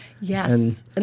Yes